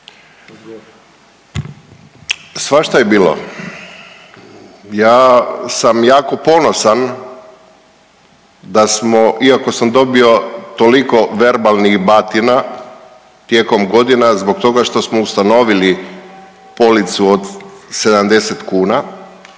Svašta je bilo. Ja sam jako ponosan da smo, iako sam dobio toliko verbalnih batina tijekom godina zbog toga što smo ustanovili policu od 70 kuna